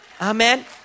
Amen